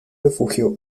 refugio